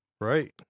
Right